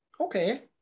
okay